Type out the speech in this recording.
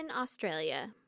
Australia